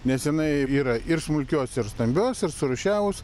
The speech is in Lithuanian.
nes jinai yra ir smulkios ir stambios ir surūšiavus